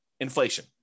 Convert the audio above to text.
Inflation